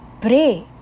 pray